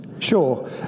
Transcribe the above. Sure